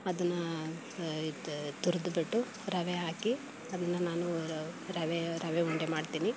ಅದನ್ನು ಇದು ತುರಿದ್ಬಿಟ್ಟು ರವೆ ಹಾಕಿ ಅದನ್ನು ನಾನು ರವೆ ರವೆ ಉಂಡೆ ಮಾಡ್ತೀನಿ